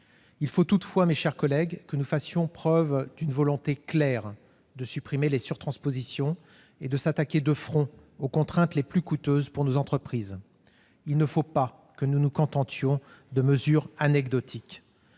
faut toutefois, mes chers collègues, faire preuve d'une volonté claire de supprimer les surtranspositions et de nous attaquer de front aux contraintes les plus coûteuses pour nos entreprises. Il ne faut pas nous contenter de mesures anecdotiques